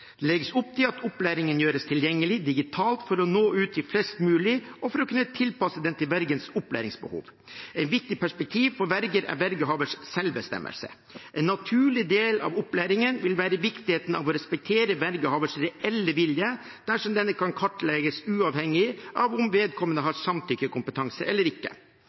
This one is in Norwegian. Det legges opp til at opplæringen gjøres tilgjengelig digitalt, for å nå ut til flest mulig og for å kunne tilpasse den til vergens opplæringsbehov. Et viktig perspektiv for verger er vergehavers selvbestemmelse. En naturlig del av opplæringen vil være viktigheten av å respektere vergehavers reelle vilje dersom denne kan kartlegges uavhengig av om vedkommende har samtykkekompetanse eller ikke.